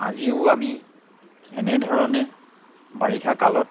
আজিও আমি এনেধৰণে বাৰিষাকালত